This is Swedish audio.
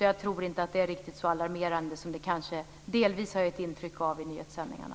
Jag tror inte att det är riktigt så alarmerande som det kanske delvis har getts intryck av i nyhetssändningarna.